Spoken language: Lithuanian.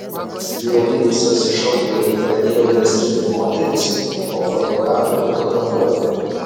bjaurybės apsišaukėliai pradėjo draskyti moteris o fotografai fotografuoti